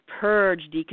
purge